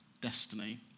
destiny